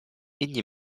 inni